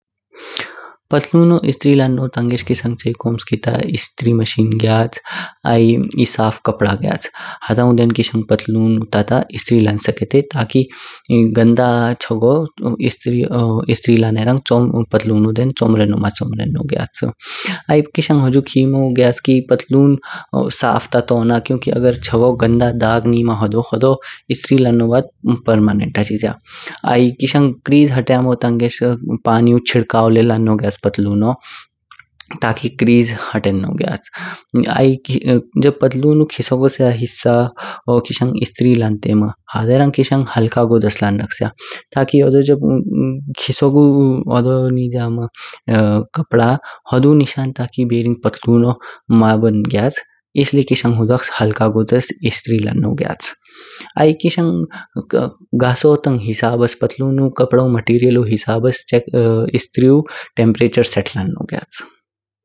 पतलुनो इस्त्री लानो टंगेस क़िशंग चायिकू ओम्स्की ता इस्त्री मशीन ग्याच आई एह सॉफ कपड़ा ग्याच, हटाऊ देन क़िशंग पतलून तता इस्त्री लान स्केते ताकि गंदा चगो इस्त्री लानेरंग पतलुनो चोमरनो मां चोमरनो ग्याच। आई क़िशंग हुजू खिमो ग्याच कि पतलुनं साफ ता तोना क्युकी चगो गंदा दाग निमा होदो इस्त्री लन्नो बाद परमानेंट हाचिज्या। आई क़िशंग क्रेज़ ह्त्यमो टंगेस पानीउ छिडकाव ले लानो ग्याच पतलुनो, ताकि क्रेज़ ह्तेनो ग्याच। आई जब पतलुनु खिसोग स्या हिस्सा इस्त्री लांते मम ह्देरंग क़िशंग हल्का गुड्स लंक्सया ताकि जब खिसोगू होदो निज्या मम कपड़ा होडू निशान बह्रिंग पतलुनो मां बन ग्याच, इसलिए क़िशंग हुडवस हल्का गुदास इस्त्री लन्नो ग्याच। आई क़िशंग गासू टंग हिसाबस पतलुनु कपड़उ मतीरयालु हिसाबस इस्त्रीउ टेम्पुरचर सेट लानो ग्याच।